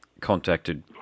contacted